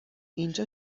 اینجا